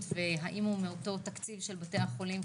והאם הוא מאותו תקציב של בתי החולים,